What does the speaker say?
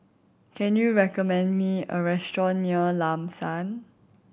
can you recommend me a restaurant near Lam San